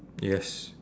yes